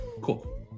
Cool